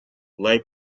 lie